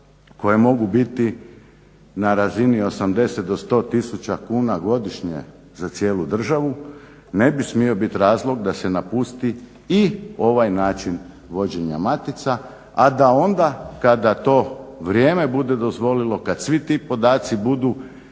koje mogu biti na razini 80 do 100 tisuća kuna godišnje za cijelu državu, ne bi smio biti razlog da se napusti i ovaj način vođenja matica, a da onda kada to vrijeme bude dozvolilo, kad svi ti podaci budu